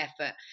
effort